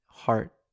heart